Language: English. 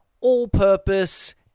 all-purpose